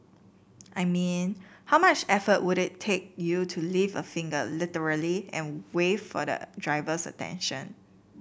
I mean how much effort would it take you to lift a finger literally and wave for the driver's attention